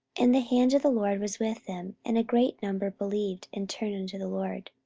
and the hand of the lord was with them and a great number believed, and turned unto the lord.